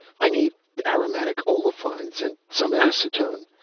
i need aromatic olefines and some acetone,